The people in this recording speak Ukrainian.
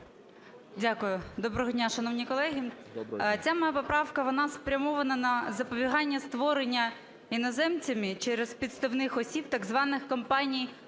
Дякую. Доброго дня, шановні колеги! Ця моя поправка вона спрямована на запобігання створення іноземцями через підставних осіб так званих компаній-одноднєвок.